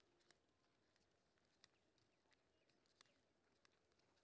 हम अपन किस्त मोबाइल से केना चूकेब?